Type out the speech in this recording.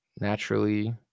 naturally